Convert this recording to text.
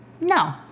no